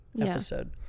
episode